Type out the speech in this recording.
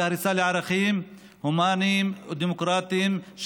והריסה של ערכים הומניים ודמוקרטיים,